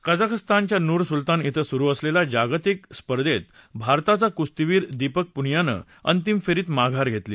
कझाकस्तानच्या Nur Sultan बें सुरु असतेल्या जागतिक स्पर्धेत भारताचा कुस्तीवीर दिपक पुनियानं अंतिम फेरीत माघार घेतली